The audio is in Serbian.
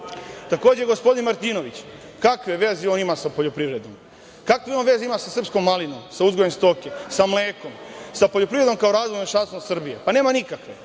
toga. Takođe, gospodin Martinović, kakve veze on ima sa poljoprivredom? Kakve on veze ima sa srpskom malinom, sa uzgojem stoke, sa mlekom, sa poljoprivredom kao razvojnom šansom Srbije? Pa, nema nikakve.